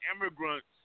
immigrants